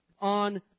on